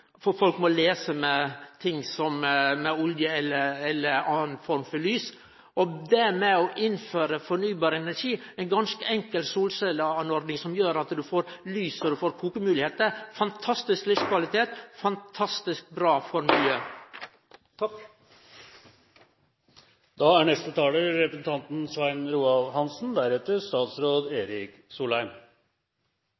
at folk må lese med oljelamper eller anna form for lys. Det å innføre fornybar energi, eit ganske enkelt solcelleapparat som gjer at ein får lys og kokemoglegheiter, gir fantastisk livskvalitet og er fantastisk bra for miljøet. La meg, til representanten Myhre, bare slå fast at det er